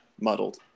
muddled